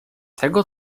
tego